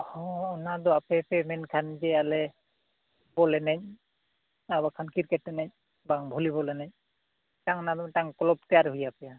ᱦᱚᱸ ᱚᱱᱟᱫᱚ ᱟᱯᱮ ᱯᱮ ᱢᱮᱱᱠᱷᱟᱱ ᱡᱮ ᱟᱞᱮ ᱵᱚᱞ ᱮᱱᱮᱡ ᱟᱨ ᱵᱟᱝᱠᱷᱟᱱ ᱠᱨᱤᱠᱮᱴ ᱮᱱᱮᱡ ᱵᱟᱝ ᱵᱷᱚᱞᱤᱵᱚᱞ ᱮᱱᱮᱡ ᱪᱮᱫᱟᱜ ᱚᱱᱟᱫᱚ ᱢᱤᱫᱴᱟᱝ ᱠᱞᱟᱵᱽ ᱛᱮᱭᱟᱨ ᱦᱩᱭ ᱟᱯᱮᱭᱟ